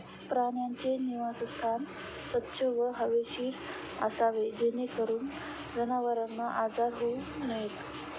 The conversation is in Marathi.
प्राण्यांचे निवासस्थान स्वच्छ व हवेशीर असावे जेणेकरून जनावरांना आजार होऊ नयेत